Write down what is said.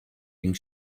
gegen